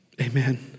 Amen